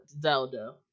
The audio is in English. Zelda